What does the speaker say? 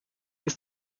ist